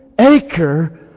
Acre